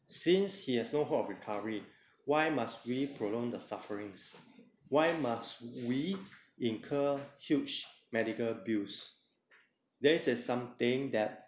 since he has no hope of recovery why must we prolonged the sufferings why must we incur huge medical bills there is a something that